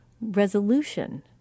resolution